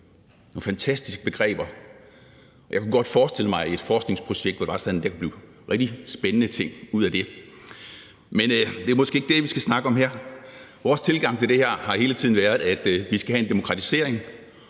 nogle fantastiske begreber – og jeg kunne godt forestille mig et forskningsprojekt, hvor det var sådan, at der kunne komme nogle rigtig spændende ting ud af det. Men det er ikke det, vi skal snakke om her. Vores tilgang til det her har hele tiden været, at vi skal have en demokratisering,